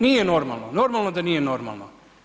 Nije normalno, normalno da nije normalno.